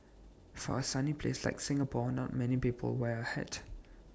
for A sunny place like Singapore not many people wear A hat